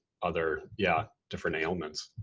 other, yeah. different ailments.